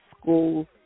school